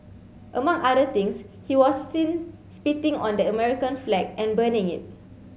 among other things he was seen spitting on the American flag and burning it